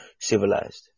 civilized